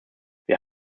wir